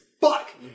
fuck